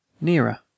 nearer